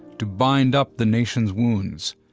to bind up the nation's wounds,